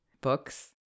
books